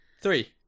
Three